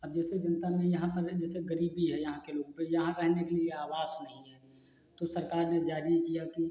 अब जैसे जनता में यहाँ पर है जैसे गरीबी है यहाँ के लोगों पर यहाँ रहने के लिए आवास नहीं है तो सरकार ने जारी किया कि